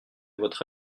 votre